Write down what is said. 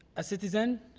a citizen,